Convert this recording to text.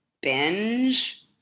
binge